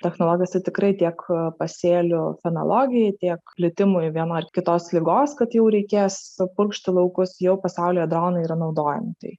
technologas tai tikrai tiek pasėlių fenologijai tiek plitimui viena ar kitos ligos kad jau reikės purkšti laukus jau pasaulyje dronai yra naudojami tai